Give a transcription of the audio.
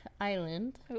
Island